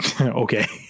Okay